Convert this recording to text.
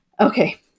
Okay